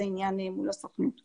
נכון, אתה צודק, הקורסים הם במסגרת